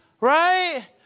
right